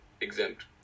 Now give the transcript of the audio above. exempt